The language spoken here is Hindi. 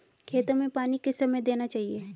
खेतों में पानी किस समय देना चाहिए?